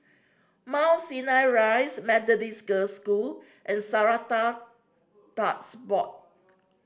Mount Sinai Rise Methodist Girls' School and Strata Board